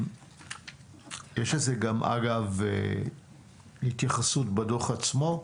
יש לזה גם אגב, התייחסות בדוח עצמו?